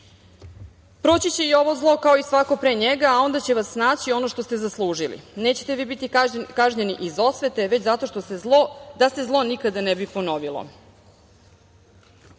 Proći će i ovo zlo kao i svako pre njega, a onda će vas snaći ono što ste zaslužili. Nećete vi biti kažnjeni iz osvete, već zato da se zlo nikada ne bi ponovilo. Ima